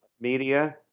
media